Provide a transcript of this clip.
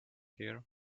here